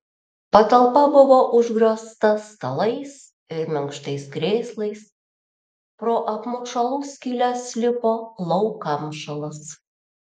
patalpa buvo užgriozta stalais ir minkštais krėslais pro apmušalų skyles lipo lauk kamšalas